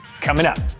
coming up.